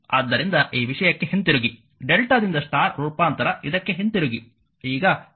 ಆದ್ದರಿಂದ ಈ ವಿಷಯಕ್ಕೆ ಹಿಂತಿರುಗಿ Δ ದಿಂದ ಸ್ಟಾರ್ ರೂಪಾಂತರ ಇದಕ್ಕೆ ಹಿಂತಿರುಗಿ